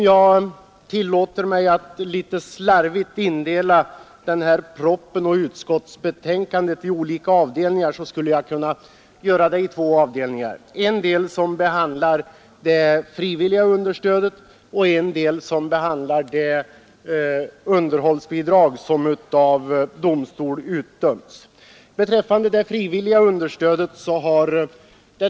Jag tillåter mig att litet slarvigt indela propositionen och utskottsbetänkandet i två avdelningar, en del som behandlar det frivilliga understödet och en del som behandlar underhållbidrag vilka utdömts av domstol.